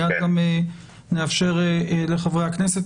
מייד נאפשר גם לחברי הכנסת,